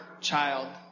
child